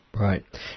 Right